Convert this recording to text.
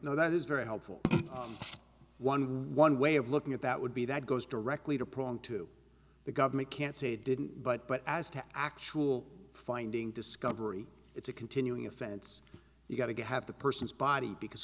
no that is very helpful one one way of looking at that would be that goes directly to problem to the government can't say didn't but but as to actual finding discovery it's a continuing offense you've got to have the person's body because